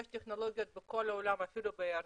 יש טכנולוגיות בכל העולם, אפילו בירדן,